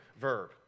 verb